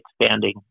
expanding